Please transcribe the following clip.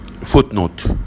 Footnote